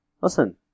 listen